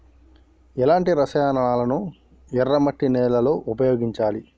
ఎలాంటి రసాయనాలను ఎర్ర మట్టి నేల లో ఉపయోగించాలి?